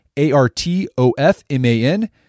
A-R-T-O-F-M-A-N